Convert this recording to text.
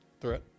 threat